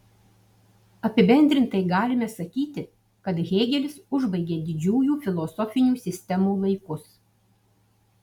apibendrintai galime sakyti kad hėgelis užbaigė didžiųjų filosofinių sistemų laikus